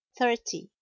thirty